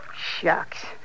Shucks